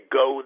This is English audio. go